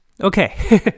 Okay